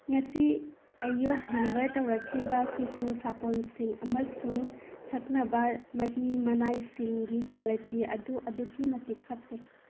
ꯉꯁꯤ ꯑꯌꯨꯛ ꯗꯤꯂꯤꯕꯔ ꯇꯧꯔꯛꯈꯤꯕ ꯐꯤꯁꯨ ꯁꯥꯄꯣꯟꯁꯤꯡ ꯑꯃꯁꯨꯡ ꯊꯛꯅꯕ ꯃꯍꯤ ꯃꯅꯥꯏꯁꯤꯡꯒꯤ ꯀ꯭ꯋꯥꯂꯤꯇꯤ ꯑꯗꯨ ꯑꯗꯨꯛꯀꯤ ꯃꯇꯤꯛ ꯐꯠꯇꯦ